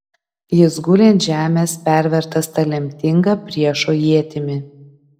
jis guli ant žemės pervertas ta lemtinga priešo ietimi